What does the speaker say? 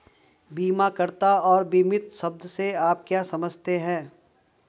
बीमाकर्ता और बीमित शब्द से आप क्या समझते हैं?